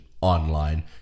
online